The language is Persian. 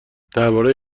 درباره